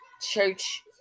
church